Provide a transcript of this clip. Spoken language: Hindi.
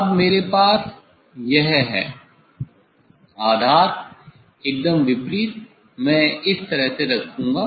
अब मेरे पास यह है आधार एकदम विपरीत मैं इस तरह से रखूँगा